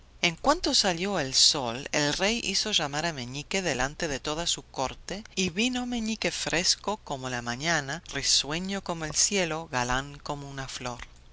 en cuanto salió el sol el rey hizo llamar a meñique delante de toda su corte y vino meñique fresco como la mañana risueño como el cielo galán como una flor